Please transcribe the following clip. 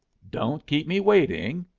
don't keep me waiting.